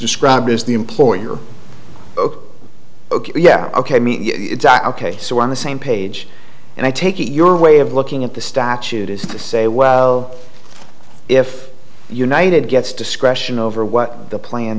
described as the employer oak ok yeah ok me it's ok so we're on the same page and i take it your way of looking at the statute is to say well if united gets discretion over what the plan